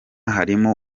harimo